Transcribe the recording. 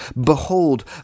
Behold